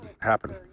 happen